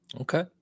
Okay